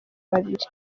babiri